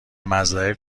مزرعه